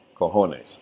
cojones